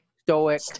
stoic